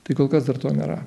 tai kol kas dar to nėra